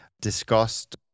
discussed